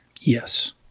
Yes